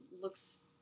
looks